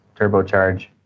Turbocharge